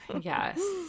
Yes